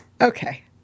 okay